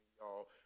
y'all